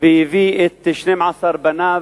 והביא את 12 בניו,